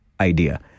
idea